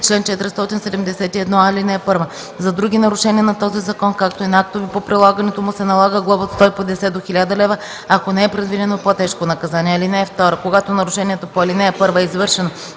„Чл. 471а. (1) За други нарушения на този закон, както и на актове по прилагането му, се налага глоба от 150 до 1000 лв., ако не е предвидено по-тежко наказание. (2) Когато нарушението по ал. 1 е извършено